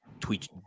tweet